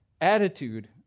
attitude